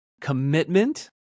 commitment